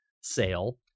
sale